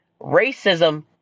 Racism